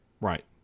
Right